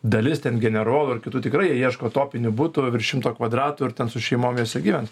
dalis ten generolų ir kitų tikrai jie ieško topinių butų virš šimto kvadratų ir ten su šeimom juose gyvens